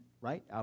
right